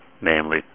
namely